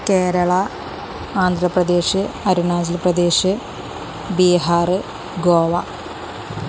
Kerala Andhra Pradesh Arunachal Pradesh Bihar Goa